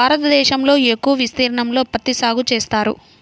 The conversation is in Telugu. భారతదేశంలో ఎక్కువ విస్తీర్ణంలో పత్తి సాగు చేస్తారు